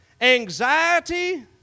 Anxiety